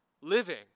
living